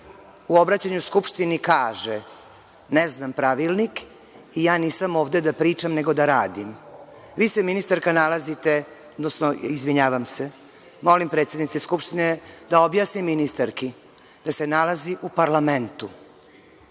u obraćanju Skupštini kaže – ne znam pravilnik i ja nisam ovde da pričam nego da radim. Vi se, ministarka, nalazite… Odnosno, izvinjavam se, molim predsednicu Skupštine da objasni ministarki da se nalazi u parlamentu.